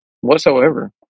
whatsoever